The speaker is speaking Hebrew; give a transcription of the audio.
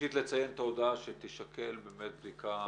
ראשית לציין את ההודעה שתישקל באמת בדיקה